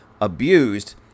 abused